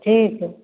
ठीक है